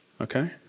okay